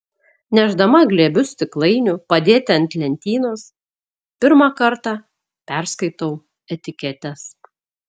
nešdama glėbius stiklainių padėti ant lentynos pirmą kartą perskaitau etiketes